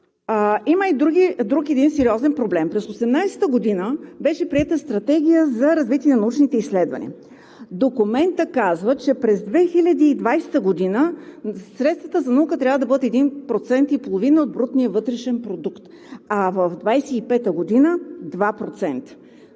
има и един друг сериозен проблем. През 2018 г. беше приета Стратегия за развитие на научните изследвания. Документът казва, че през 2020 г. средствата за наука трябва да бъдат 1,5% от брутния вътрешен продукт, а в 2025 г. – 2%.